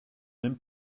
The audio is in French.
même